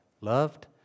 loved